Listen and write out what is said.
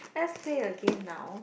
let's play a game now